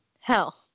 Hell